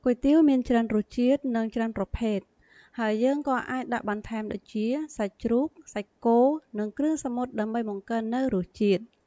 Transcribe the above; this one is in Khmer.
គុយទាវមានច្រើនរសជាតិ និងច្រើនប្រភេទ ហើយយើងក៏អាចដាក់បន្ថែមដូចជា សាច់ជ្រូក សាច់គោ និងគ្រឿងសមុទ្រដើម្បីបង្កើននៅរសជាតិ។